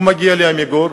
הוא מגיע ל"עמיגור",